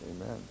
Amen